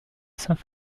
saint